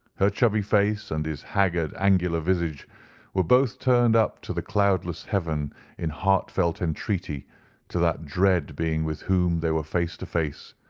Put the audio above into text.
her chubby face, and his haggard, angular visage were both turned up to the cloudless heaven in heartfelt entreaty to that dread being with whom they were face to face,